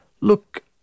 Look